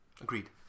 Agreed